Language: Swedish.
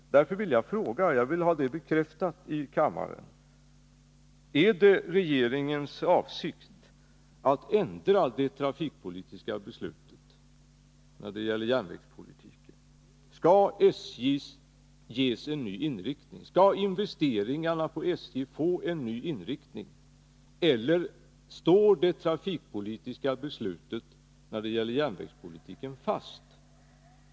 Därför vill jag fråga: Är det regeringens avsikt att ändra det trafikpolitiska beslutet när det gäller järnvägspolitiken? Skall investeringarna inom SJ få en ny inriktning, eller står det trafikpolitiska beslutet när det gäller järnvägspolitiken fast?